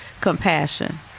compassion